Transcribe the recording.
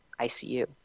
ICU